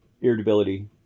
Irritability